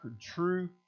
true